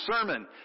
sermon